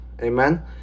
amen